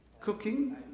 Cooking